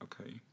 Okay